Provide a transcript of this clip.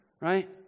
right